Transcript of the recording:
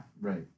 Right